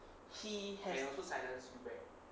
he has